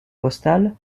postal